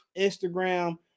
Instagram